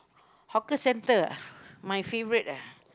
hawker centre ah my favourite ah